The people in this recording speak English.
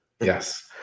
Yes